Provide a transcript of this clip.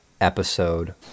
Episode